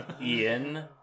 Ian